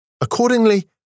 Accordingly